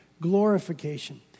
Glorification